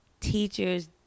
teachers